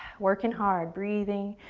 working hard, breathing,